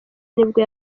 nibwo